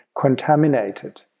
contaminated